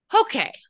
Okay